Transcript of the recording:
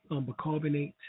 bicarbonate